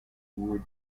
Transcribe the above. wood